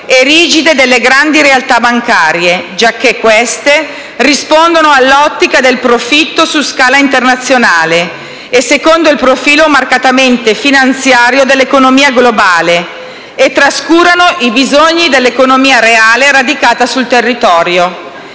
e rigide delle grandi realtà bancarie, giacché queste rispondono all'ottica del profitto su scala internazionale e secondo il profilo marcatamente finanziario dell'economia globale, e trascurano i bisogni dell'economia reale radicata sul territorio.